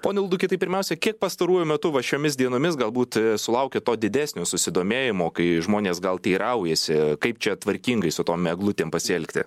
pone ulduki tai pirmiausiai kiek pastaruoju metu va šiomis dienomis galbūt sulaukia to didesnio susidomėjimo kai žmonės gal teiraujasi kaip čia tvarkingai su tom eglutėm pasielgti